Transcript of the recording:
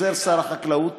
עוזר שר החקלאות